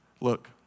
Look